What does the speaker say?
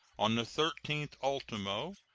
on the thirteenth ultimo,